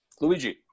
luigi